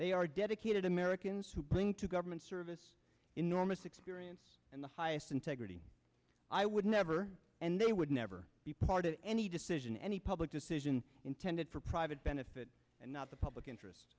they are dedicated americans who bring to government service enormous experience and the highest integrity i would never and they would never be part of any decision any public decision intended for private benefit and not the public interest